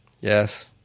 Yes